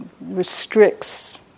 restricts